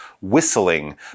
whistling